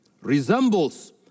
resembles